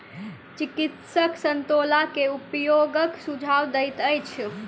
चिकित्सक संतोला के उपयोगक सुझाव दैत अछि